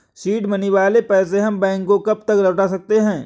Seed money वाले पैसे हम बैंक को कब तक लौटा सकते हैं?